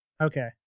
Okay